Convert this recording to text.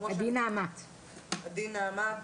עדי נעמת,